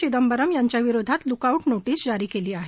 चिदंबरम यांच्याविरोधात lookout notice जारी केली आहे